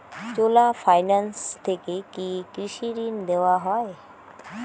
চোলা finance থেকে কি কৃষি ঋণ দেওয়া হয়?